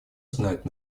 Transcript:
знать